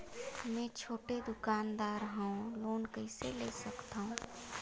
मे छोटे दुकानदार हवं लोन कइसे ले सकथव?